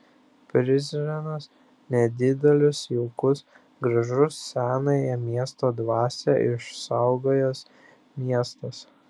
prizrenas nedidelis jaukus gražus senąją miesto dvasią išsaugojęs miestas